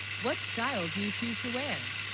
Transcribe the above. what style do you choose to, wear?